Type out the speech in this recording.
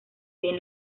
bien